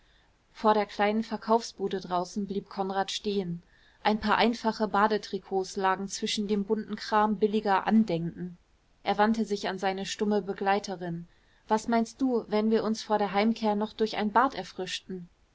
vor der kleinen verkaufsbude draußen blieb konrad stehen ein paar einfache badetrikots lagen zwischen dem bunten kram billiger andenken er wandte sich an seine stumme begleiterin was meinst du wenn wir uns vor der heimkehr noch durch ein bad erfrischten